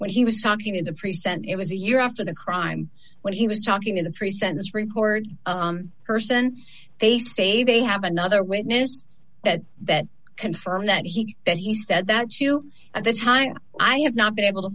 when he was talking in the present it was a year after the crime when he was talking to the pre sentence report person they say they have another witness that that confirmed that he that he said that you at the time i have not been able to